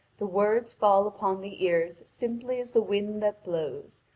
the word falls upon the ears simply as the wind that blows,